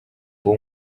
uwo